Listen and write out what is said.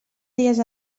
dies